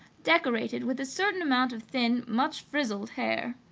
decorated with a certain amount of thin, much frizzled hair.